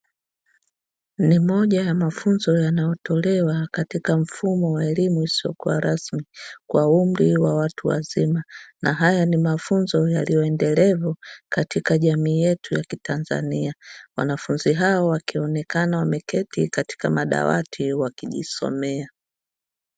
Ni moja ya mafunzo, yanayo tolewa katika mfumo wa elimu isiyo kuwa rasmi kwa umri wa watu wazima. Na haya ni mafunzo, yaliyo endelevu katika jamii yetu ya kitanzania, wanafunzi hawa wakionekana wameketi katika madawati wakijisomea.